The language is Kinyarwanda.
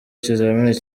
ikizamini